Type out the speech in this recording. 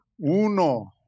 uno